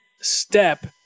step